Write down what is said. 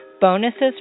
bonuses